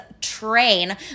train